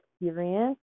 experience